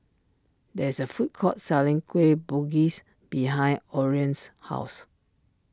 there is a food court selling Kueh Bugis behind Orion's house